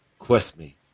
Questme